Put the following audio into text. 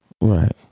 Right